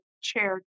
chair